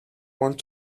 want